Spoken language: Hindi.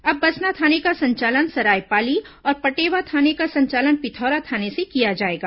अब बसना थाने का संचालन सरायपाली और पटेवा थाने का संचालन पिथोरा थाने से किया जाएगा